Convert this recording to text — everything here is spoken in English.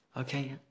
Okay